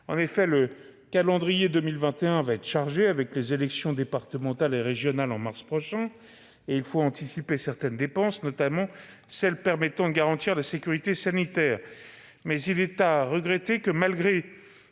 En effet, le calendrier de 2021 sera chargé, avec les élections départementales et régionales en mars prochain. Il faut donc anticiper certaines dépenses, notamment celles permettant de garantir la sécurité sanitaire. Mais il est regrettable que, malgré